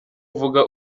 uvuga